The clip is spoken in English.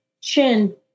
Chin